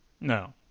No